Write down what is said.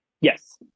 Yes